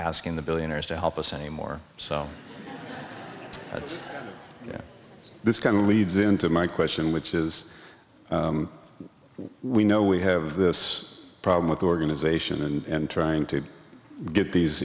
asking the billionaires to help us anymore so it's this kind of leads into my question which is we know we have this problem with organization and trying to get these